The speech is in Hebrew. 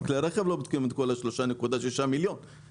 גם בנושא כלי הרכב לא בודקים את כל ה-3.6 מיליון רכבים.